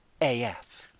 AF